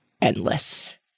endless